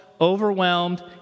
overwhelmed